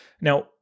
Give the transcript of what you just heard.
Now